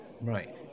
Right